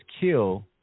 kill